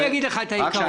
אני אגיד לך את העיקרון.